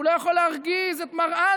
והוא לא יכול להרגיז את מראענה,